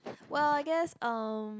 well I guess uh